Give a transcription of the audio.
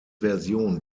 version